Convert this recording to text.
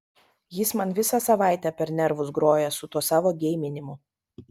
jis man visą savaitę per nervus groja su tuo savo geiminimu